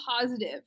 positive